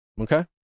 Okay